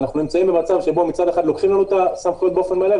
אנחנו נמצאים במצב שבו מצד אחד לוקחים לנו את הסמכויות באופן מלא,